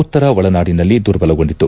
ಉತ್ತರ ಒಳನಾಡಿನಲ್ಲಿ ದುರ್ಬಲಗೊಂಡಿತ್ತು